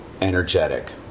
Energetic